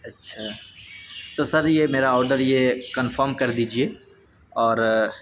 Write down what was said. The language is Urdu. اچھا تو سر یہ میرا آرڈر یہ کنفرم کر دیجیے اور